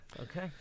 Okay